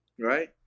right